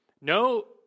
no